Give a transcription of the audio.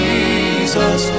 Jesus